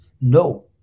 No